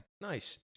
Nice